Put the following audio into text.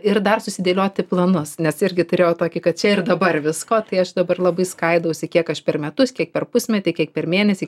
ir dar susidėlioti planus nes irgi turėjau tokį kad čia ir dabar visko tai aš dabar labai skaidausi kiek aš per metus kiek per pusmetį kiek per mėnesį